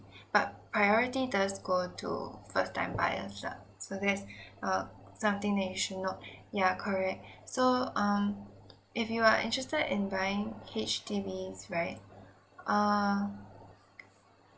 but priority does go to first time buyers lah so that's uh something that you should note ya correct so um if you are interested in buying H_D_Bs right um